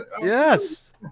Yes